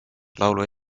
laulu